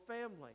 family